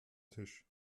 tisch